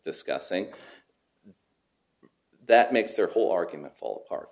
discussing that makes their whole argument fall apart